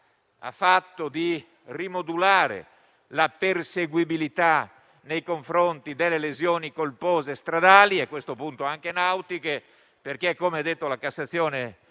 fa a rimodulare la perseguibilità nei confronti delle lesioni colpose stradali (a questo punto anche nautiche). Come ha detto la Cassazione in